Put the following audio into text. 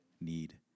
need